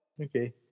Okay